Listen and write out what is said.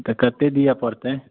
तऽ कतेक दिअ पड़तै